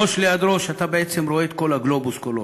ראש ליד ראש, אתה בעצם רואה את הגלובוס כולו,